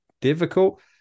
difficult